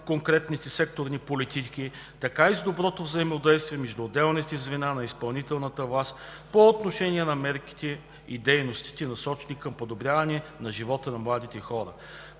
конкретните секторни политики, така и с по-добро взаимодействие между отделните звена на изпълнителната власт по отношение на мерките и дейностите, насочени към подобряване на живота на младите хора.